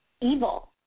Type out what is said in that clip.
evil